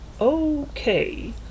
Okay